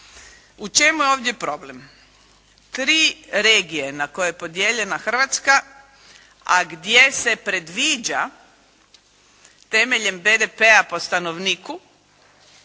U čemu je ovdje problem? Tri regije na koje je podijeljena Hrvatska, a gdje se predviđa temeljem BDP-a po stanovniku,